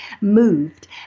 moved